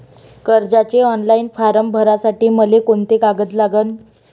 कर्जाचे online form भरासाठी मले कोंते कागद लागन?